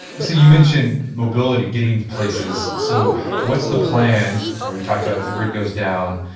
so you mentioned mobility, getting places. so what's the plan, and we we talked about the grid goes down,